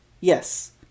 Yes